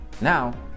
now